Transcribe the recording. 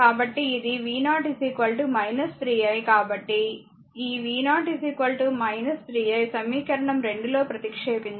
కాబట్టి ఈ v0 3 i సమీకరణం 2 లో ప్రతిక్షేపించండి